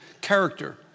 character